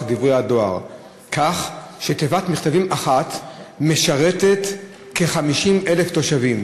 דברי-הדואר כך שתיבת מכתבים אחת משרתת כ-50,000 תושבים.